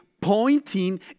pointing